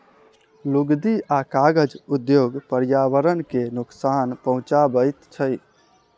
लुगदी आ कागज उद्योग पर्यावरण के नोकसान पहुँचाबैत छै